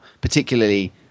particularly